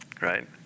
right